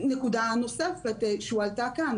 נקודה נוספת שהועלתה כאן,